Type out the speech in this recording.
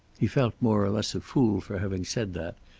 he felt more or less a fool for having said that,